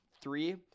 three